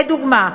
לדוגמה,